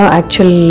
actual